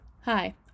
Hi